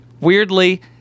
weirdly